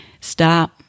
stop